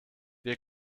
wir